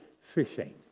fishing